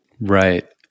Right